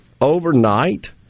overnight